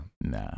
Nah